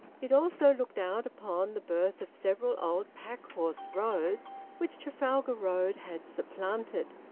it also looked out upon the birth of several old pack-horse roads which trafalgar road had supplanted.